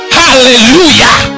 hallelujah